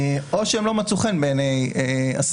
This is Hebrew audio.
או שהם לא מצאו חן בעיני השר,